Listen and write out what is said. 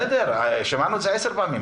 לא מכובד שיש הטחת האשמות.